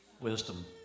Wisdom